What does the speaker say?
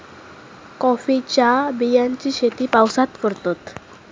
कॉफीच्या बियांची शेती पावसात करतत